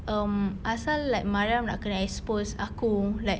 um apasal like mariam nak kena expose aku like